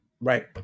Right